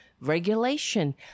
regulation